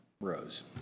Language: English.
rose